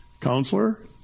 Counselor